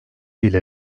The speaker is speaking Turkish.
ile